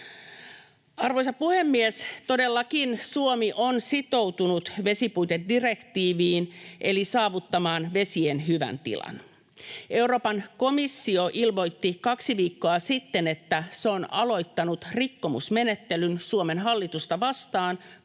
Arvoisa puhemies! Todellakin Suomi on sitoutunut vesipuitedirektiiviin eli saavuttamaan vesien hyvän tilan. Euroopan komissio ilmoitti kaksi viikkoa sitten, että se on aloittanut rikkomusmenettelyn Suomen hallitusta vastaan,